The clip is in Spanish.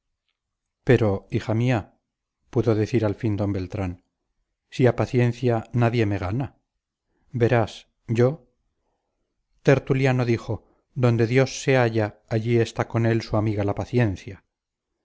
pero hija mía pudo decir al fin d beltrán si a paciencia nadie me gana verás yo tertuliano dijo donde dios se halla allí está con él su amiga la paciencia